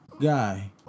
guy